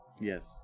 Yes